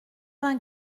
vingt